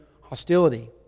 hostility